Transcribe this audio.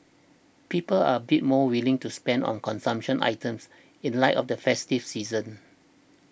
people are a bit more willing to spend on consumption items in light of the festive season